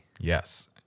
Yes